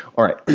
alright.